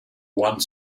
one